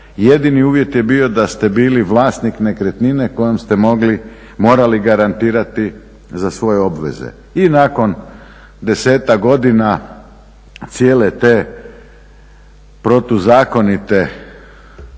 Jedini uvjet je bio da ste bili vlasnik nekretnine kojom ste morali garantirati za svoje obveze. I nakon 10-ak godina cijele te protuzakonite